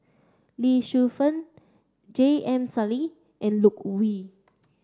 Lee Shu Fen J M Sali and Loke Yew